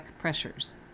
pressures